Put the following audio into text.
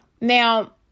Now